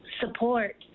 support